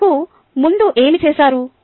ఇంతకు ముందు ఏమి చేశారు